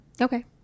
Okay